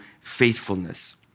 faithfulness